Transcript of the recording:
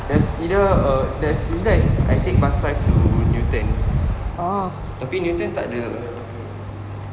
yes either err there's usually I I take bus five to newton tapi newton tak ada